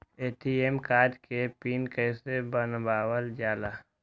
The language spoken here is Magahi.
ए.टी.एम कार्ड के पिन कैसे बनावल जाला?